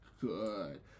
good